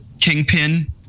Kingpin